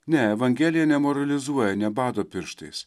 ne evangelija nemoralizuoja nebado pirštais